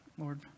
Lord